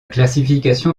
classification